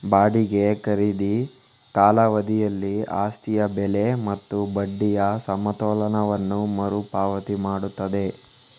ಬಾಡಿಗೆ ಖರೀದಿ ಕಾಲಾವಧಿಯಲ್ಲಿ ಆಸ್ತಿಯ ಬೆಲೆ ಮತ್ತು ಬಡ್ಡಿಯ ಸಮತೋಲನವನ್ನು ಮರು ಪಾವತಿ ಮಾಡುತ್ತದೆ